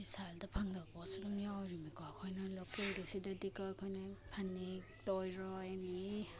ꯚꯤꯁꯥꯜꯗ ꯐꯪꯗꯕ ꯄꯣꯠꯁꯨ ꯑꯗꯨꯝ ꯌꯥꯎꯔꯤꯃꯤꯀꯣ ꯑꯩꯈꯣꯏꯅ ꯂꯣꯀꯦꯜꯒꯤꯁꯤꯗꯗꯤ ꯀꯣ ꯑꯩꯈꯣꯏꯅ ꯐꯅꯦꯛꯇ ꯑꯣꯏꯔꯣ ꯑꯦꯅꯤ